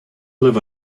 live